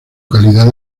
calidad